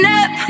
up